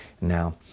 now